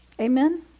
Amen